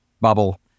bubble